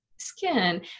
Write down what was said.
skin